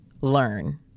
learn